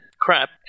crap